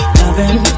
loving